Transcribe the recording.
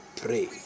pray